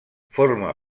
forma